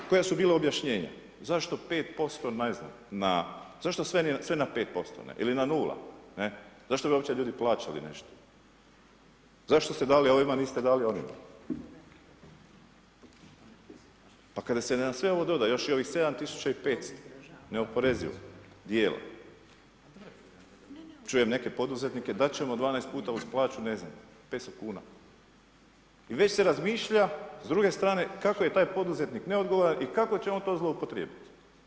Koja su bila objašnjenja, zašto 5% ne znam na, zašto sve na 5% ne ili na 0 ne, zašto bi uopće ljudi plaćali nešto, zašto ste dali ovima niste onima, pa kada se na sve ovo doda još i ovih 7.500 neoporezivog dijela čujem neke poduzetnike da ćemo 12 puta uz plaću ne znam 500 kuna i već se razmišlja s druge strane kako je taj poduzetnik taj poduzetnik neodgovoran i kako će on to zloupotrijebiti.